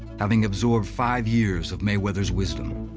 having absorbed five years of mayweather's wisdom.